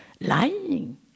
Lying